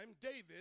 David